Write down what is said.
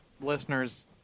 listeners